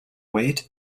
weight